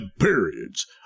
periods